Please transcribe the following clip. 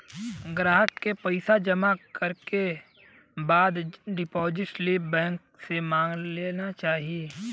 ग्राहक के पइसा जमा करे के बाद डिपाजिट स्लिप बैंक से मांग लेना चाही